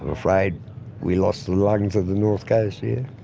i'm afraid we lost the lungs of the north coast yeah